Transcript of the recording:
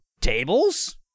tables